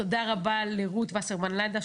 תודה רבה לרות וסרמן לנדה,